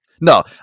No